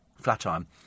Flatiron